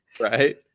Right